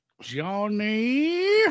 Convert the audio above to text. johnny